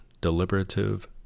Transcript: deliberative